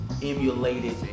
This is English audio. emulated